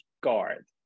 guard